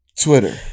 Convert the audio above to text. Twitter